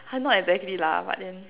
!huh! not exactly lah but then